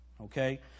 Okay